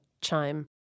Chime